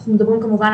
אנחנו מדברים כמובן,